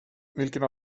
vilken